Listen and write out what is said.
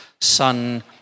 son